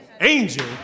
Angel